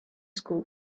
school